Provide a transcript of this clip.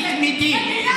היא תמידית.